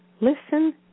Listen